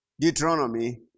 Deuteronomy